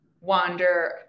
Wander